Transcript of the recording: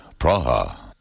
Praha